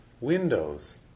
windows